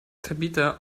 tabitha